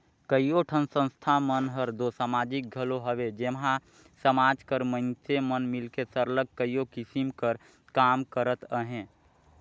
कइयो ठन संस्था मन हर दो समाजिक घलो हवे जेम्हां समाज कर मइनसे मन मिलके सरलग कइयो किसिम कर काम करत अहें